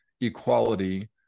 equality